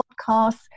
podcasts